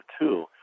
two